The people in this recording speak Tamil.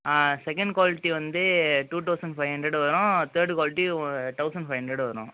ஆ செகண்ட் குவாலிட்டி வந்து டூ தவுசண்ட் ஃபைவ் ஹண்ட்ரட் வரும் third quality thousand five hundred வரும்